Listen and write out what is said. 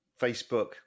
facebook